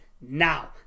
now